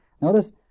Notice